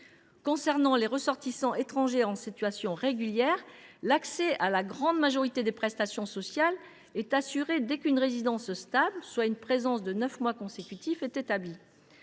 Concernant les ressortissants étrangers en situation régulière, l’accès à la grande majorité des prestations sociales est assuré dès qu’une résidence stable, soit une présence de neuf mois consécutifs, est établie.